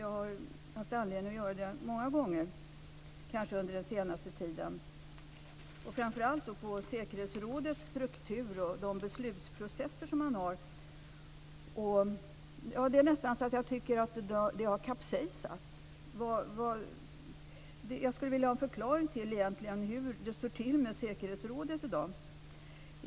Jag har haft anledning att göra det många gånger under den senaste tiden, framför allt när det gäller FN:s struktur och beslutsprocesser. Det är nästan så att jag tycker att det har kapsejsat. Vad jag egentligen skulle vilja veta är hur det står till med säkerhetsrådet i dag.